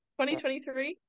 2023